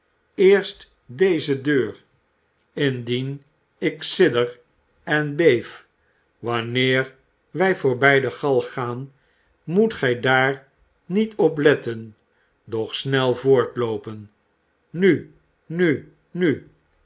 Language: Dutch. eerst deze deur indien ik toelichtingen sidder en beef wanneer wij voorbij de galg gaan moet gij daar niet op letten doch snel voortloopen nu nu nu